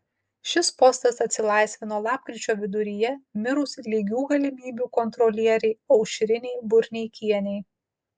šis postas atsilaisvino lapkričio viduryje mirus lygių galimybių kontrolierei aušrinei burneikienei